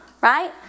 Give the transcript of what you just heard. Right